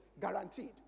guaranteed